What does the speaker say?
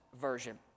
version